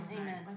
Amen